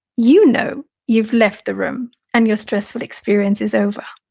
you know you've left the room and your stressful experience is over.